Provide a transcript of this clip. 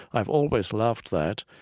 i've always loved that.